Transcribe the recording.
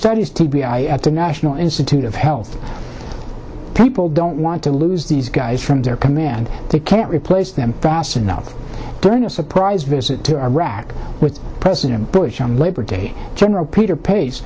studies t b i at the national institute of health people don't want to lose these guys from their command they can't replace them fast enough during a surprise visit to iraq with president bush on labor day general peter pace